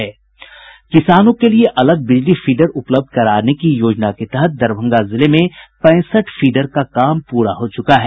किसानों के लिए अलग बिजली फीडर उपलब्ध कराने की योजना के तहत दरभंगा जिले में पैंसठ फीडर का काम पूरा हो चुका है